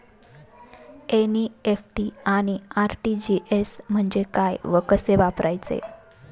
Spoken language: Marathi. एन.इ.एफ.टी आणि आर.टी.जी.एस म्हणजे काय व कसे वापरायचे?